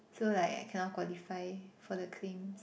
so like I cannot qualify for the claims